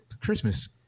christmas